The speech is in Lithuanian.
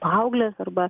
paauglės arba